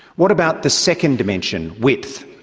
what about the second dimension, width?